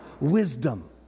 wisdom